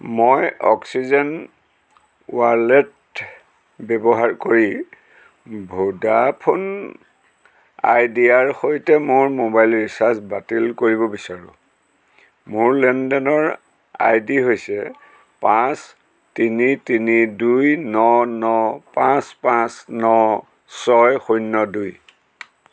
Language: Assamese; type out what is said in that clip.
মই অক্সিজেন ৱালেট ব্যৱহাৰ কৰি ভোডাফোন আইডিয়াৰ সৈতে মোৰ মোবাইল ৰিচাৰ্জ বাতিল কৰিব বিচাৰোঁ মোৰ লেনদেনৰ আই ডি হৈছে পাঁচ তিনি তিনি দুই ন ন পাঁচ পাঁচ ন ছয় শূন্য দুই